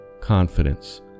confidence